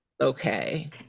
okay